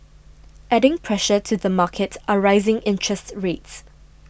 adding pressure to the market are rising interest rates